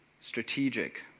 strategic